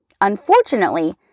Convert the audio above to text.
Unfortunately